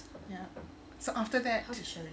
ya so after that